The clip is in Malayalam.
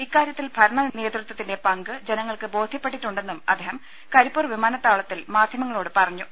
ഇക്കാരൃത്തിൽ ഭരണനേതൃത്വത്തിന്റെ പങ്ക് ജനങ്ങൾക്ക് ബോധൃപ്പെട്ടിട്ടുണ്ടെന്നും അദ്ദേഹം കരിപ്പൂർ വിമാനത്താവളത്തിൽ മാധ്യമങ്ങളോട് പറഞ്ഞു